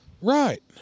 Right